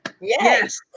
yes